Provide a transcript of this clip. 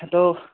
hello